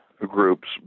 Groups